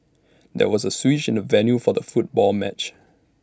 there was A switch in the venue for the football match